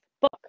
book